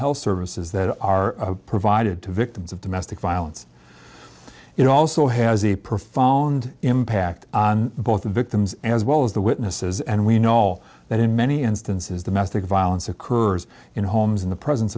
health services that are provided to victims of domestic violence it also has a profound impact on both the victims as well as the witnesses and we know that in many instances domestic violence occurs in homes in the presence